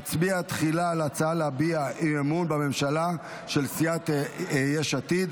תחילה נצביע על ההצעה להביע אי-אמון בממשלה של סיעת יש עתיד.